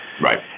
Right